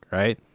right